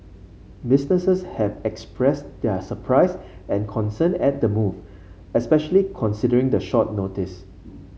businesses have expressed their surprise and concern at the move especially considering the short notice